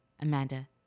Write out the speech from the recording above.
Amanda